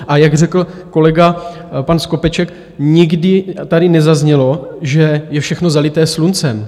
A jak řekl kolega pan Skopeček, nikdy tady nezaznělo, že je všechno zalité sluncem.